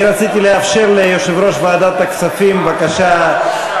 אני רציתי לאפשר ליושב-ראש ועדת הכספים להשיב,